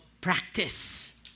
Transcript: practice